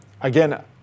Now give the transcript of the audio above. Again